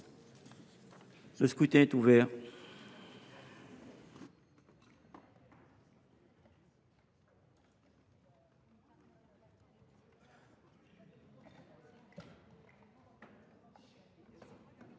Le scrutin est ouvert.